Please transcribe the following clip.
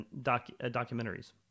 documentaries